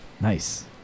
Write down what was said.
Nice